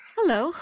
Hello